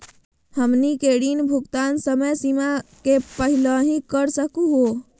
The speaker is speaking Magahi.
हमनी के ऋण भुगतान समय सीमा के पहलही कर सकू हो?